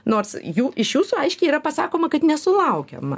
nors jų iš jūsų aiškiai yra pasakoma kad nesulaukiama